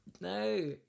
no